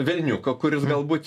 velniuką kuris galbūt